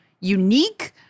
unique